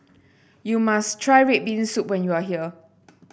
you must try red bean soup when you are here